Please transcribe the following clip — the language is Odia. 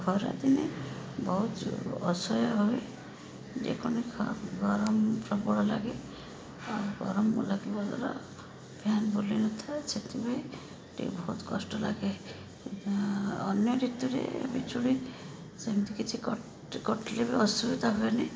ଖରାଦିନେ ବହୁତ ଅସହ୍ୟ ହୁଏ ଗରମ ପ୍ରବଳ ଲାଗେ ଆଉ ଗରମ ଲାଗିବା ଦ୍ଵାରା ଫ୍ୟାନ୍ ବୁଲିନଥାଏ ସେଥିପାଇଁ ଟିକେ ବହୁତ କଷ୍ଟ ଲାଗେ ଅନ୍ୟ ଋତୁରେ ବିଜୁଳି ସେମିତି କିଛି କଟିଲେ ବି ଅସୁବିଧା ହୁଏନି